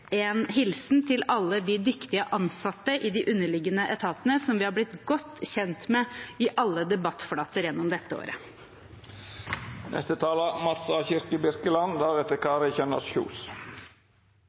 en hilsen til alle de dyktige ansatte i de underliggende etatene, som vi har blitt godt kjent med i alle debattflater gjennom dette året. I tillegg til neste